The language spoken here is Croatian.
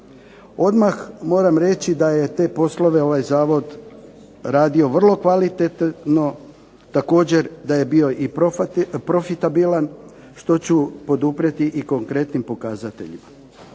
Odmah moram reći da je te poslove ovaj zavod radio vrlo kvalitetno, također da je bio i profitabilan što ću poduprijeti i konkretnim pokazateljima.